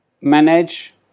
manage